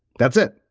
that's it.